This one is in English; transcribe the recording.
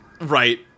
Right